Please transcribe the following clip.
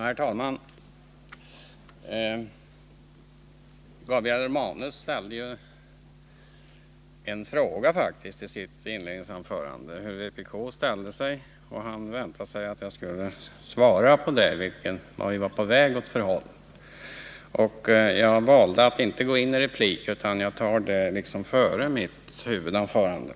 Herr talman! Gabriel Romanus ställde i sitt inledningsanförande en fråga om vpk:sinställning, och han väntade sig att jag skulle ge besked om vart vi är på väg. Jag valde att i stället för att begära replik ta upp frågan inledningsvis i mitt huvudanförande.